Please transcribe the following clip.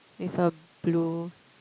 with a blue